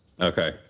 okay